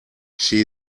she